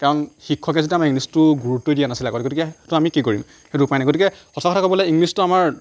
কাৰণ শিক্ষকে যেতিয়া আমাক ইংলিছটো গুৰুত্বই দিয়া নাছিলে আগতে গতিকে ত' আমি কি কৰিম সেইটো উপায় নাই গতিকে সঁচা কথা ক'বলৈ ইংলিছটো আমাৰ